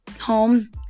home